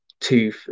two